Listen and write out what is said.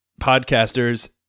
podcasters